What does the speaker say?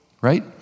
right